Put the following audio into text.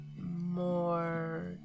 more